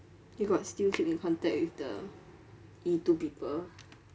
you got still keep in contact with the E two people